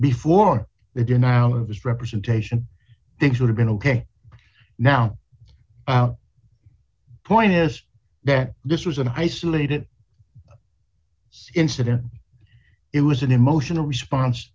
before the denial of his representation things would have been ok now point is that this was an isolated incident it was an emotional response